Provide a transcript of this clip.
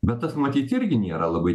bet tas matyt irgi nėra labai